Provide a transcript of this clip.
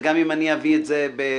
גם אם אני אביא את זה בהסתייגות,